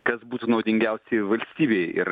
kas būtų naudingiausiai valstybei ir